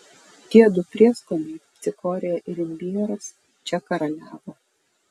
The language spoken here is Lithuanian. tie du prieskoniai cikorija ir imbieras čia karaliavo